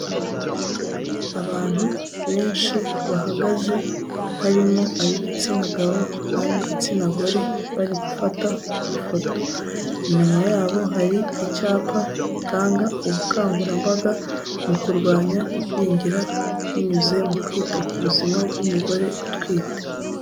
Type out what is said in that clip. Abantu benshi bahagaze, harimo ab'igitsina gabo n'ab'igitsina gore bari gufata ifoto, inyuma yabo hari icyapa itanga ubukangurambaga mu kurwanya igwingira, binyuze mu kwita ku buzima bw'umugore utwite.